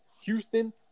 Houston